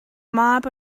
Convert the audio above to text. mab